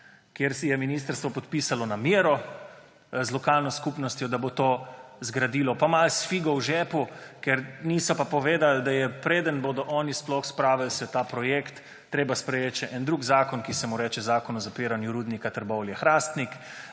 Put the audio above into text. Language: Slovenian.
kjer je ministrstvo podpisalo namero z lokalno skupnostjo, da bo to zgradilo, pa malo s figo v žepu, ker niso povedali, da je, preden se bodo oni sploh spravili k temu projektu, treba sprejeti še en drug zakon, ki se mu reče zakon o zapiranju rudnika Trbovlje–Hrastnik,